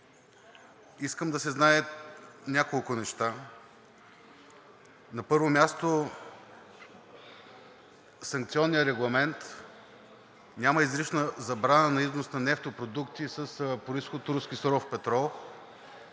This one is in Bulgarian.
Искам да се знаят няколко неща. На първо място, в санкционния регламент няма изрична забрана за износ на нефтопродукти с произход руски суров петрол.